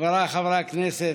חבריי חברי הכנסת.